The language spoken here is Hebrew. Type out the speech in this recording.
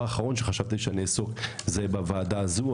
הדבר האחרון שחשבתי לעסוק בו היה הוועדה הזו.